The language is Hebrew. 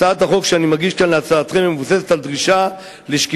הצעת החוק שאני מגיש כאן להצבעתכם מבוססת על דרישה לשקיפות